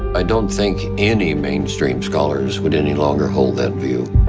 i don't think any mainstream scholars would any longer hold that view.